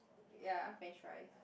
ya french fries